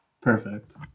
Perfect